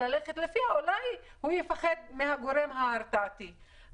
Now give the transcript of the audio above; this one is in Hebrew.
אולי יפחד מהגורם ההרתעתי.